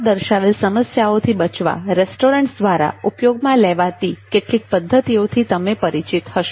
ઉપર દર્શાવેલ સમસ્યાઓથી બચવા રેસ્ટોરન્ટસ દ્વારા ઉપયોગમાં લેવાતી કેટલીક પદ્ધતિઓથી તમે પરિચિત હશો